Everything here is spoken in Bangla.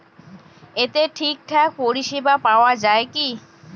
এতে ঠিকঠাক পরিষেবা পাওয়া য়ায় কি?